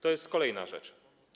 To jest kolejna rzecz.